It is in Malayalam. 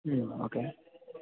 ഉം ഓക്കേ